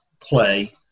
play